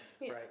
Right